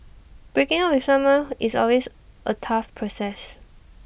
breaking up with someone who is always A tough process